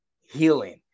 healing